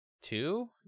Two